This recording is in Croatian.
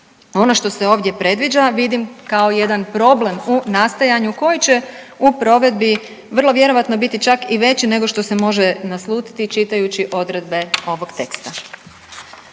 Ono što se ovdje predviđa vidim kao jedan problem u nastajanju koji će u provedbi vrlo vjerojatno biti čak i veći nego što se može naslutiti čitajući odredbe ovog teksta.